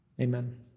Amen